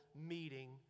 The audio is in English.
meeting